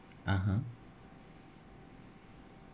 (uh huh)